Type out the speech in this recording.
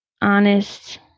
honest